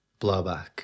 blowback